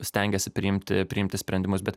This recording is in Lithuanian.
stengiasi priimti priimti sprendimus bet